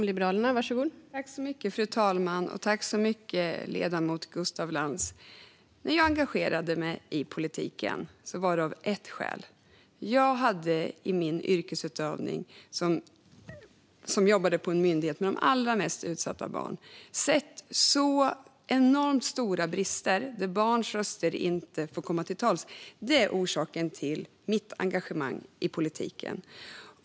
Fru talman! Jag engagerade mig i politiken av ett enda skäl: Jag hade i min yrkesutövning på en myndighet som jobbade med de allra mest utsatta barnen sett så enormt stora brister där barns röster inte fått komma till tals. Detta är orsaken till mitt engagemang i politiken.